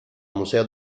museo